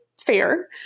fair